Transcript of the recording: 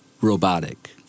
robotic